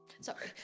Sorry